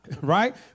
right